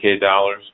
dollars